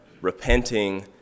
repenting